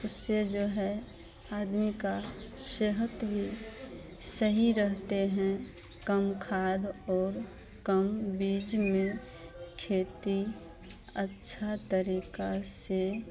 उससे जो है आदमी की सेहत भी सही रहते हैं कम खाद और कम बीज में खेती अच्छे तरीक़े से